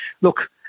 Look